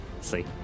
See